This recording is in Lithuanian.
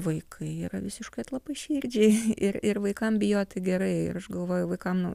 vaikai yra visiškai atlapaširdžiai ir ir vaikam bijoti gerai ir aš galvoju vaikam